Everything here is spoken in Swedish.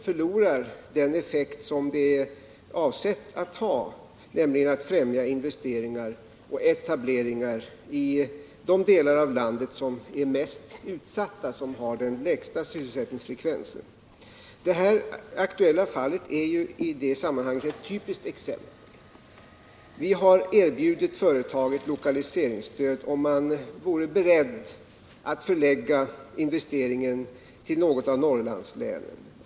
förlorar den effekt som det är avsett att ha, nämligen att främja investeringar och etableringar i de delar av landet som är mest utsatta och har den lägsta sysselsättningsfrekvensen. Det här aktuella fallet är i det sammanhanget ett typiskt exempel. Vi har erbjudit företaget lokaliseringsstöd, om man vore beredd att förlägga investeringen till något av Norrlandslänen.